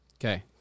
Okay